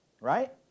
right